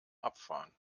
abfahren